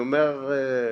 אני אומר,